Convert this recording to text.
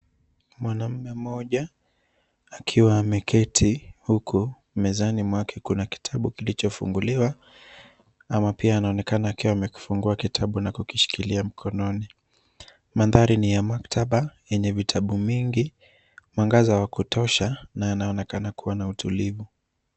Mwanaume mmoja akiwa ameketi huku mezani mwake kuna kitabu kilichofunguliwa ama pia anaonekana akiwa amekifungua kitabu na kukishikilia mkononi. Mandhari ni ya maktaba yenye vitabu mingi mwangaza wa kutosha na anaonekana kuwa na utulivu.